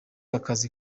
akazi